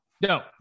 no